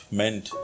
meant